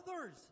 others